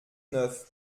neuf